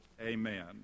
amen